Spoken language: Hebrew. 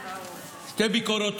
בשתי ביקורות